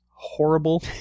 horrible